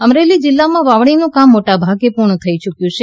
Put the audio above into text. અમરેલી જિલ્લામા વાવણીનુ કામ મોટાભાગે પુર્ણ થઇ ચુકયુ છે